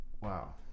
Wow